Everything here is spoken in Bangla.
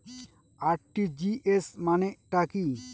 আর.টি.জি.এস মানে টা কি?